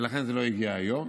ולכן זה לא הגיע היום,